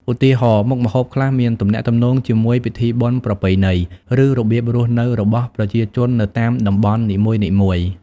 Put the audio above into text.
ឧទាហរណ៍ មុខម្ហូបខ្លះមានទំនាក់ទំនងជាមួយពិធីបុណ្យប្រពៃណី ឬរបៀបរស់នៅរបស់ប្រជាជននៅតាមតំបន់នីមួយៗ ។